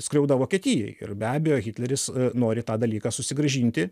skriauda vokietijai ir be abejo hitleris nori tą dalyką susigrąžinti